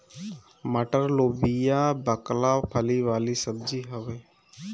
मटर, लोबिया, बकला फली वाला सब्जी हवे